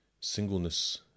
singleness